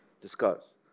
discuss